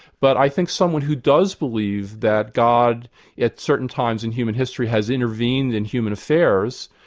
but i think someone who does believe that god at certain times in human history has intervened in human affairs,